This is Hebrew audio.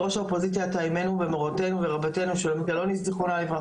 וראש האופוזיציה הייתה אמנו ומורתנו ורבתנו שולמית אלוני ז"ל.